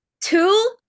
two